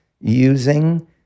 using